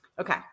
okay